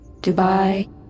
Dubai